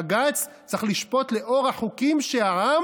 בג"ץ צריך לשפוט לאור החוקים שהעם